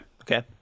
Okay